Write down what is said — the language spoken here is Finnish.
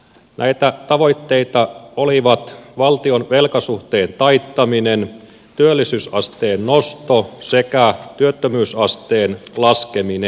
näitä tavoitteita olivat valtion velkasuhteen taittaminen työllisyysasteen nosto sekä työttömyysasteen laskeminen